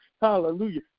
Hallelujah